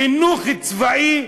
חינוך צבאי,